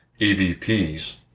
EVPs